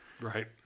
right